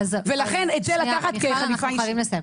מיכל, אנחנו חייבים לסיים.